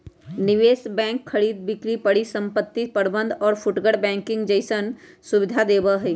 निवेश बैंक खरीद बिक्री परिसंपत्ति प्रबंध और फुटकर बैंकिंग जैसन सुविधा देवा हई